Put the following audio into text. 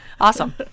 awesome